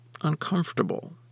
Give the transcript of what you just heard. uncomfortable